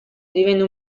divenne